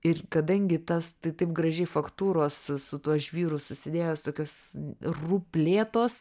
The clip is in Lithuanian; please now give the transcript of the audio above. ir kadangi tas tai taip gražiai faktūros su tuo žvyru susidėjęs tokius ruplėtos